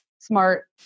Smart